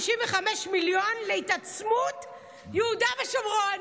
255 מיליון, אני בהלם מזה להתעצמות יהודה ושומרון.